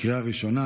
לקריאה ראשונה.